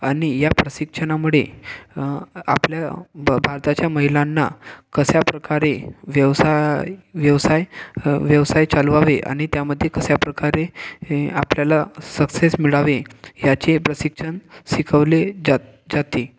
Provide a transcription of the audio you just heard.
आणि या प्रशिक्षणामुळे आपल्या ब भारताच्या महिलांना कशा प्रकारे व्यवसाय व्यवसाय व्यवसाय चालवावे आणि त्यामध्ये कशा प्रकारे हे आपल्याला सक्सेस मिळावे याचे प्रशिक्षण शिकवले जाते